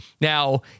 Now